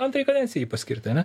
antrai kadencijai jį paskirti ane